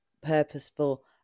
purposeful